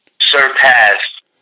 surpassed